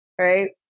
right